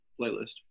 playlist